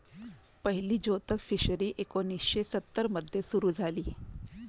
पहिली जोतक फिशरी एकोणीशे सत्तर मध्ये सुरू झाली